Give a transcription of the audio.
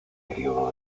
período